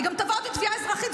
היא גם תבעה אותי תביעה אזרחית,